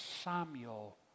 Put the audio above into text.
Samuel